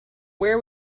where